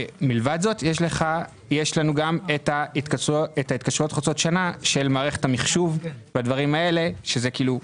ומלבד זאת יש לנו גם ההתקשרויות חוצות שנה של מערכת המחשוב בדברים האלה.